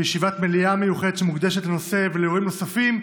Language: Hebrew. בישיבת מליאה מיוחדת שמוקדשת לנושא ובאירועים נוספים,